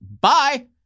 bye